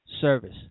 service